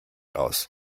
aus